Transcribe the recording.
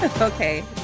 Okay